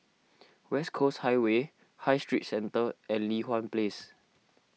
West Coast Highway High Street Centre and Li Hwan Place